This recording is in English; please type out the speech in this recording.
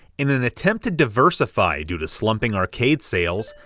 in an attempt to diversify due to slumping arcade sales,